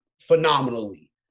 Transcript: phenomenally